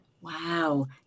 Wow